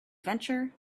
venture